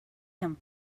him